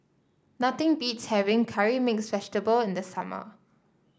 nothing beats having curry mix vegetable in the summer